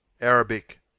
Arabic